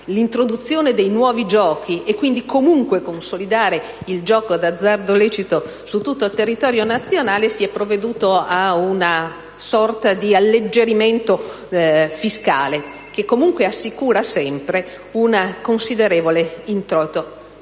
l'introduzione dei nuovi giochi e quindi consolidare il gioco d'azzardo lecito su tutto il territorio nazionale, si è provveduto a una sorta di alleggerimento fiscale, che comunque assicura sempre un considerevole introito